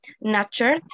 nature